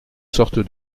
sorte